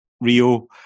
Rio